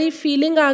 feeling